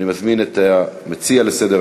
לפנינו הצעות לסדר-היום